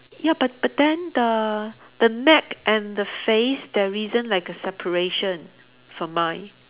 ya but but then the the neck and the face there isn't like a separation for mine